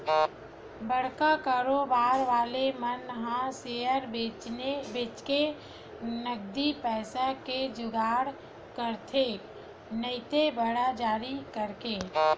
बड़का कारोबार वाले मन ह सेयर बेंचके नगदी पइसा के जुगाड़ करथे नइते बांड जारी करके